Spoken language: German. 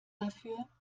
dafür